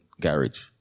garage